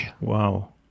Wow